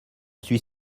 suis